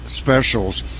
specials